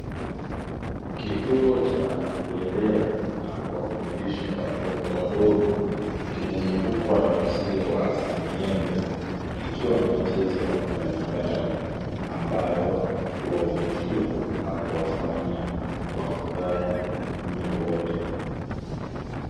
Kituo cha kulelea na kuwafundisha watoto wadogo, kimezungukwa na uzio wa senyenge, kikiwa na michezo mbalimbali ambayo huwavutia na kuwafanya wafurahi muda wote.